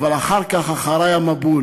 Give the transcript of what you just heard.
אבל אחר כך, אחרי המבול.